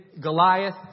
Goliath